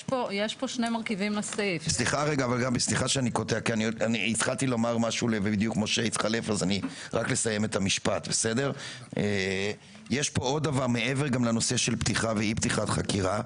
יש פה עוד דבר מעבר לנושא של פתיחה ואי פתיחת חקירה,